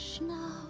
now